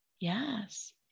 Yes